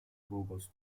burgos